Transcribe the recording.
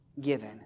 given